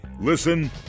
Listen